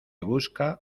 busca